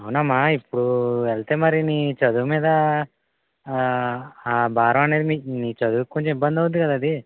అవున్నమ్మా ఇప్పుడు వెళ్తే మరి నీ చదువు మీద ఆ భారం అనేది నీ చదువుకి కొంచెం ఇబ్బంది అవుతుంది కదా అది